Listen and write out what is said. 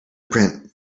print